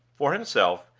for himself,